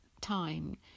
time